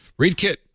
ReadKit